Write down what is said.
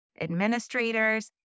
administrators